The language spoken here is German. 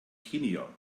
kenia